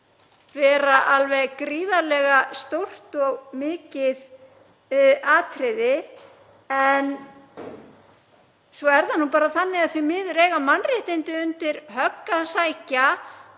vera alveg gríðarlega stórt og mikið atriði. Svo er það nú bara þannig að því miður eiga mannréttindi undir högg að sækja